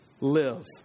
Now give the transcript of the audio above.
live